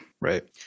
right